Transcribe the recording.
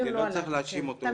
אבל לא צריך להאשים אותו.